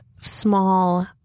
small